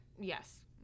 yes